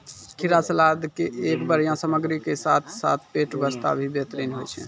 खीरा सलाद के एक बढ़िया सामग्री के साथॅ साथॅ पेट बास्तॅ भी बेहतरीन होय छै